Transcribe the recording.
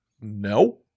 no